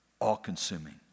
all-consuming